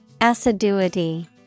Assiduity